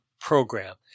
program